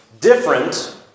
different